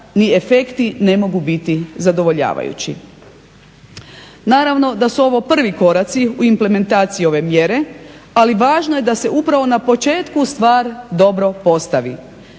ni efekti ne mogu biti zadovoljavajući. Naravno da su ovo prvi koraci u implementaciji ove mjere, ali važno je da se upravo na početku stvar dobro postavi.